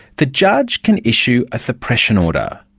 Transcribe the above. the judge can issue a suppression order.